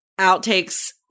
outtakes